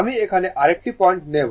আমি এখানে আরেকটি পয়েন্ট নেব